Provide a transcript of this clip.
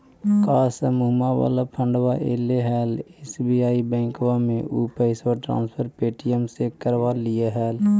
का समुहवा वाला फंडवा ऐले हल एस.बी.आई बैंकवा मे ऊ पैसवा ट्रांसफर पे.टी.एम से करवैलीऐ हल?